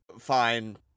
fine